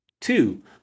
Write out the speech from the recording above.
Two